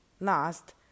Last